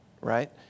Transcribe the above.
right